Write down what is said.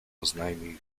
oznajmił